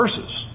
verses